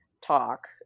talk